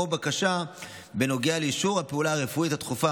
או בקשה בנוגע לאישור הפעולה הרפואית הדחופה